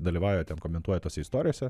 dalyvauja ten komentuoja tose istorijose